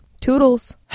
Toodles